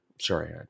Sorry